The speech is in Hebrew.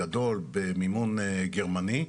גדול במימון גרמני.